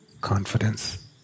Confidence